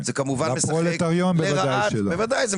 אתם